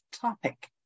topic